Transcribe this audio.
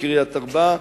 קריית-ארבע,